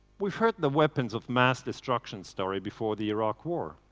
we heard the weapon of mass destruction story before the iraq war.